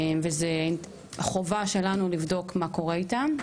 וזו חובה שלנו לבדוק מה קורה איתם.